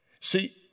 See